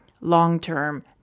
long-term